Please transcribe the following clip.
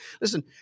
Listen